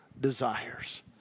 desires